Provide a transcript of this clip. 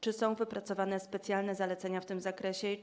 Czy są wypracowane specjalne zalecenia w tym zakresie?